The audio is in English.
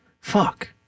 Fuck